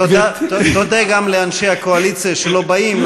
תודה גם לאנשי הקואליציה שלא באים,